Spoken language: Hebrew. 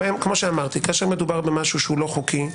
כאשר מדובר במשהו שאינו חוקי,